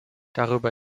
darüber